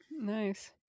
nice